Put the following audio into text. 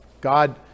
God